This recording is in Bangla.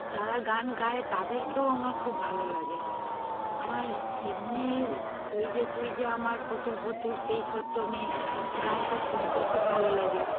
যারা গান গায় তাদেরকেও আমার খুব ভালো লাগে আমার এমনি ওই যে তুই যে আমার পুতুল পুতুল সেই ছোট্ট মেয়ে গানটা শুনতে খুব ভালো লাগে